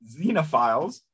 Xenophiles